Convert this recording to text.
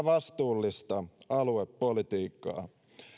vastuullista aluepolitiikkaa